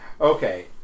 Okay